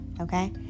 okay